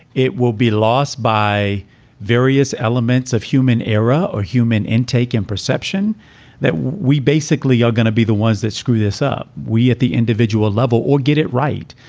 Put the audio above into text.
it will be lost by various elements of human error or human intake and perception that we basically are going to be the ones that screw this up. we at the individual level or get it right.